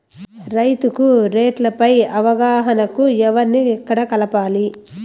రైతుకు రేట్లు పై అవగాహనకు ఎవర్ని ఎక్కడ కలవాలి?